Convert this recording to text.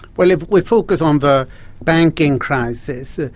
well if we focus on the banking crisis, ah